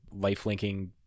lifelinking